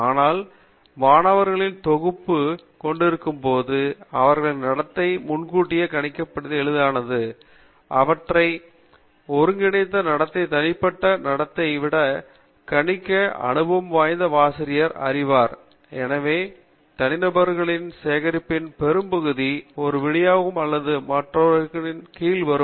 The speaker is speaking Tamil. ஆனால் மாணவர்களின் தொகுப்பைக் கொண்டிருக்கும்போது அவர்களின் நடத்தை முன்கூட்டியே கணிக்க எளிதானது அவற்றின் ஒருங்கிணைந்த நடத்தை தனிப்பட்ட நடத்தை விட கணிக்க எளிதானது என்பதை அனுபவம் வாய்ந்த ஆசிரியர் அறிவார் ஏனெனில் தனிநபர்களின் சேகரிப்பின் பெரும்பகுதி ஒரு விநியோகத்தில் அல்லது மற்றொன்றின் கீழ் வரும்